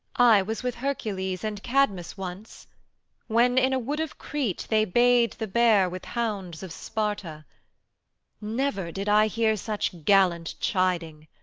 i was with hercules and cadmus once when in a wood of crete they bay'd the bear with hounds of sparta never did i hear such gallant chiding,